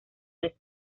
mes